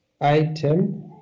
item